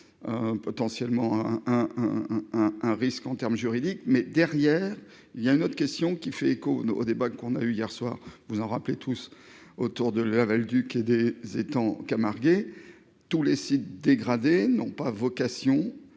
potentiellement un un risque en termes juridiques, mais derrière il y a une autre question qui fait écho au débat qu'on a eu hier soir vous en rappelez tous autour de la Valduc et des étangs Camargue et tous les sites dégradés n'ont pas vocation